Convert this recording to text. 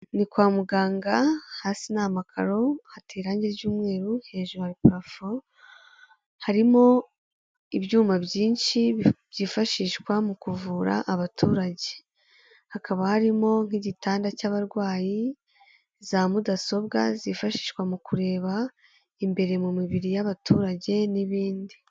Ni kwa muganga, hasi ni amakaro, hateye irangi r'umweru, hejuru hari parofo, harimo ibyuma byinshi byifashishwa mu kuvura abaturage, hakaba harimo nk'igitanda cy'abarwayi, zamudasobwa zifashishwa mu kureba imbere mu mibiri y'abaturage n'ibindi.